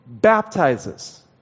Baptizes